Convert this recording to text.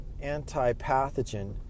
anti-pathogen